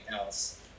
else